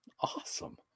Awesome